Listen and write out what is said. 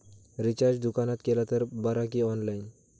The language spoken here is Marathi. रिचार्ज दुकानात केला तर बरा की ऑनलाइन?